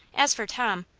as for tom,